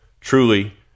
Truly